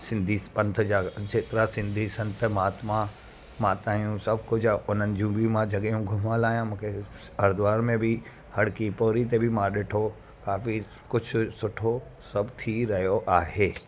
सिंधीस पंथ जा जेतिरा सिंधी संत महात्मा मातायूं सभु कुझु हुननि जूं बि मां जॻहयूं घुमल आहियां मूंखे हरिद्बार में बि हर की पोड़ी ते बि मां ॾिठो काफ़ी कुझु सुठो सभु थी रहियो आहे